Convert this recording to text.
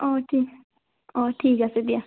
অঁ দিয়া অঁ ঠিক আছে দিয়া